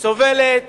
סובלת